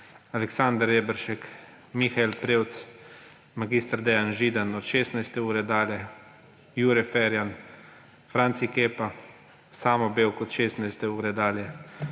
Aleksander Reberšek, Mihael Prevc, mag. Dejan Židan od 16. ure dalje, Jure Ferjan, Franci Kepa, Samo Bevk od 16. ure dalje,